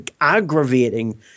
aggravating